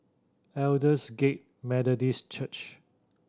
Aldersgate Methodist Church